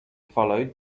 followed